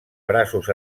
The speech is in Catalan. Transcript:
braços